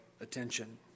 attention